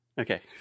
Okay